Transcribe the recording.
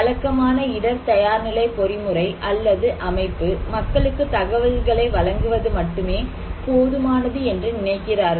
வழக்கமான இடர் தயார்நிலை பொறிமுறை அல்லது அமைப்பு மக்களுக்கு தகவல்களை வழங்குவது மட்டுமே போதுமானது என்று நினைக்கிறார்கள்